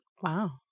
Wow